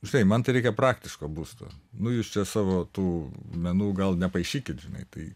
žinai man tai reikia praktiško būsto nu jūs čia savo tų menų gal nepaišykit žinai tai